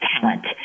talent